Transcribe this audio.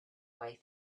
way